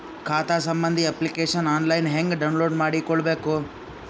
ಖಾತಾ ಸಂಬಂಧಿ application online ಹೆಂಗ್ ಡೌನ್ಲೋಡ್ ಮಾಡಿಕೊಳ್ಳಬೇಕು?